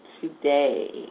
today